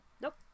Nope